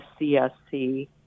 CSC